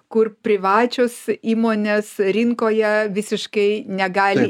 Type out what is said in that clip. kur privačios įmonės rinkoje visiškai negali